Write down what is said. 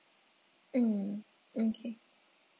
mm okay